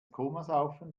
komasaufen